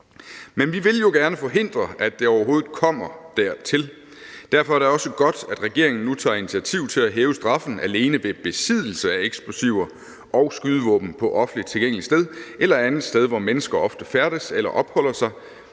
Men vi vil jo gerne forhindre, at det overhovedet kommer dertil. Derfor er det også godt, at regeringen nu tager initiativ til at hæve straffen alene ved besiddelse af eksplosiver og skydevåben på offentligt tilgængeligt sted eller andet sted, hvor mennesker ofte færdes eller opholder sig,